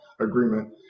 agreement